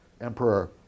emperor